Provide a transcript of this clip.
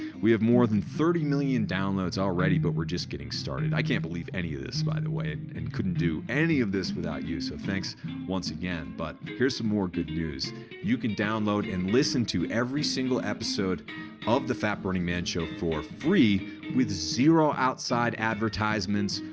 we have more than thirty million downloads already, but we're just getting started i can't believe any of this, by the way, and couldn't do any of this without you. so thanks once again, but here's some more good news you can download and listen to every single episode of the fat-burning man show for free with zero outside advertisements,